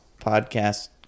podcast